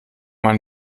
man